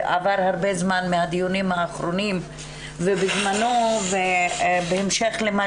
עבר הרבה זמן מהדיונים האחרונים ובזמנו ובהמשך למה